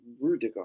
Rudiger